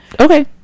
Okay